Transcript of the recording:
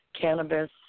cannabis